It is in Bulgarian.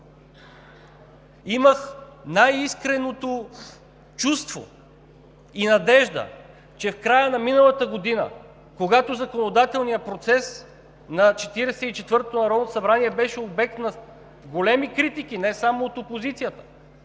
Имах най-искреното чувство и надежда, че в края на миналата година, когато законодателният процес на 44-то Народно събрание беше обект на големи критики не само от опозицията,